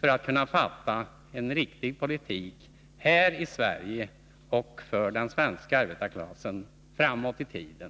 för att kunna utforma en riktig politik här i Sverige och för den svenska arbetarklassen i framtiden.